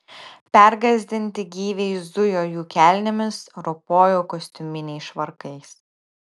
pergąsdinti gyviai zujo jų kelnėmis ropojo kostiuminiais švarkais